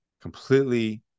completely